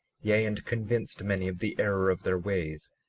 yea, and convinced many of the error of their ways,